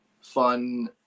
fun